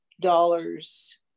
dollars